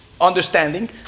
understanding